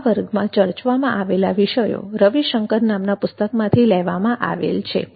આ વર્ગમાં ચર્ચવામાં આવેલ વિષયો રવિશંકર નામના પુસ્તકમાંથી લેવામાં આવેલ છે